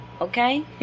okay